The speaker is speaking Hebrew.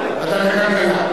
ועדת הכלכלה.